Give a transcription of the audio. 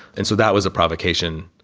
and so that was a provocation.